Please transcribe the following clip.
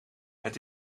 het